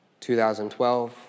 2012